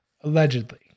allegedly